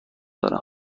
دارم